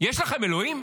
יש לכם אלוהים?